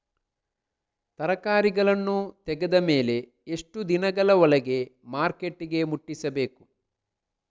ತರಕಾರಿಗಳನ್ನು ತೆಗೆದ ಮೇಲೆ ಎಷ್ಟು ದಿನಗಳ ಒಳಗೆ ಮಾರ್ಕೆಟಿಗೆ ಮುಟ್ಟಿಸಬೇಕು?